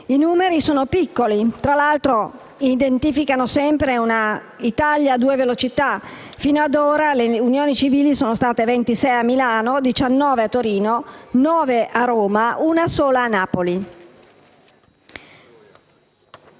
I numeri sono piccoli e, tra l'altro, identificano sempre un'Italia a due velocità: fino a ora le unioni civili sono state ventisei a Milano, diciannove a Torino, nove a Roma e una sola a Napoli.